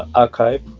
archive,